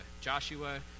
Joshua